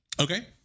Okay